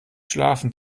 schlafen